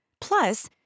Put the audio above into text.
Plus